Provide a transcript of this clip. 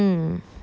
mm